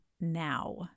now